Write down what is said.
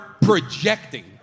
projecting